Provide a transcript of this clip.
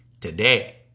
today